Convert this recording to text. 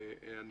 ואני